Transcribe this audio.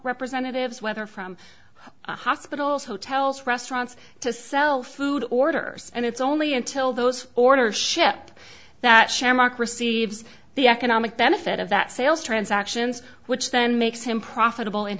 representatives whether from hospitals hotels restaurants to sell food orders and it's only until those order ship that shamrock receives the economic benefit of that sales transactions which then makes him profitable in